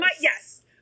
yes